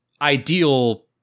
ideal